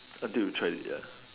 until you try it ya